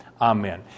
amen